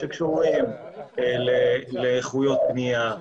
שקשורים לאיכויות בנייה,